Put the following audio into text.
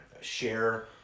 share